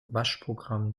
waschprogramm